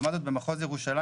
לעומת זאת במחוז ירושלים,